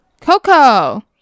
Coco